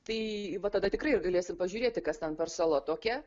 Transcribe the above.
tai va tada tikrai ir galėsim pažiūrėti kas ten per sala tokia